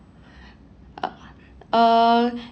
uh uh